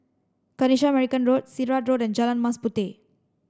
Kanisha Marican Road Sirat Road and Jalan Mas Puteh